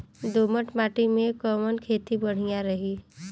दोमट माटी में कवन खेती बढ़िया रही?